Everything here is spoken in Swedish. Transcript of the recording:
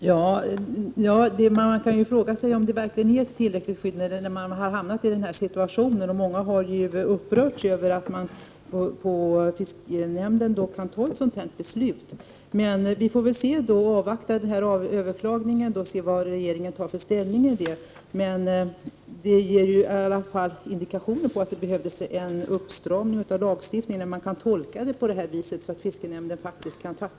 Herr talman! Man kan ju fråga sig om den verkligen är ett tillräckligt skydd när man har hamnat i den här situationen. Många har upprörts över att fiskenämnden har kunnat fatta ett sådant beslut. Men vi får väl avvakta överklagandet och se vilken ståndpunkt regeringen intar i det ärendet. Det faktum att fiskenämnden faktiskt kan fatta ett sådant beslut är i varje fall en indikation på att det behövs en uppstramning av lagstiftningen.